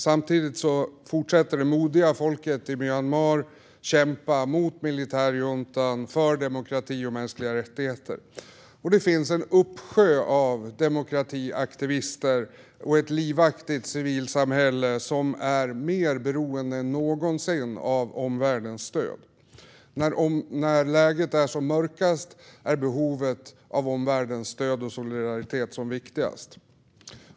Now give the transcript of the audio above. Samtidigt fortsätter det modiga folket i Myanmar att kämpa mot militärjuntan för demokrati och mänskliga rättigheter, och det finns en uppsjö av demokratiaktivister och ett livaktigt civilsamhälle som är mer beroende än någonsin av omvärldens stöd. När läget är som mörkast är behovet av omvärldens stöd och solidaritet som viktigast.